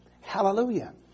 Hallelujah